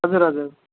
हजुर हजुर